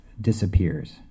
disappears